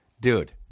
Dude